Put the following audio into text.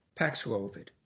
Paxlovid